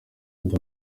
ndi